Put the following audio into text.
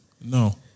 No